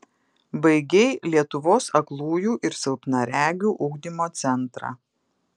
baigei lietuvos aklųjų ir silpnaregių ugdymo centrą